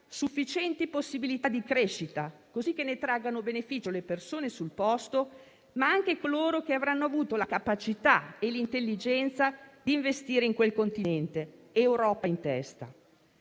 sufficienti possibilità di crescita, così che ne traggano beneficio le persone sul posto, ma anche coloro che avranno avuto la capacità e l'intelligenza di investire in quel continente, Europa in testa.